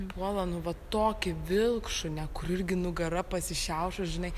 puola nu va tokį vilkšunę kur irgi nugara pasišiaušus žinai